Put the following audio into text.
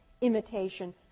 imitation